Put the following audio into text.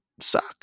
suck